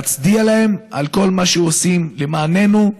צריכים להצדיע להם על כל מה עושים למעננו,